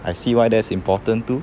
I see why that's important too